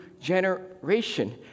generation